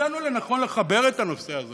מצאנו לנכון לחבר את הנושא הזה